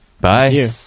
Bye